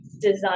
design